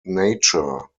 nature